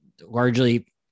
largely